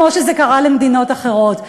כמו שזה קרה למדינות אחרות.